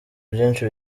byinshi